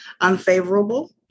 unfavorable